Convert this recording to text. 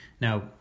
now